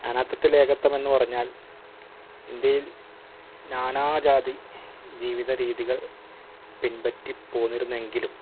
നാനാത്ത്വത്തിലേകത്ത്വം എന്നു പറഞ്ഞാൽ ഇന്ത്യയിൽ നാനാജാതി ജീവിതരീതികൾ പിൻപറ്റിപോന്നിരുന്നെങ്കിലും